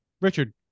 Richard